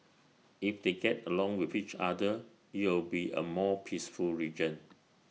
if they get along with each other it'll be A more peaceful region